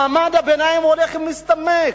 מעמד הביניים הולך ומצטמק,